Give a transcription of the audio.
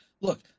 look